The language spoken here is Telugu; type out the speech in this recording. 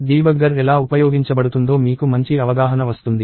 డీబగ్గర్ ఎలా ఉపయోగించబడుతుందో మీకు మంచి అవగాహన వస్తుంది